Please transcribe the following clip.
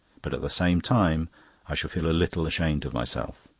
but at the same time i shall feel a little ashamed of myself.